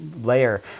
layer